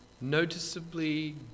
noticeably